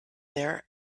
there